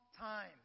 time